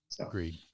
Agreed